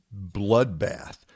bloodbath